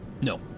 No